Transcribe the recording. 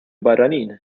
barranin